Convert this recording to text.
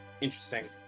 Interesting